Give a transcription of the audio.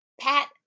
Pat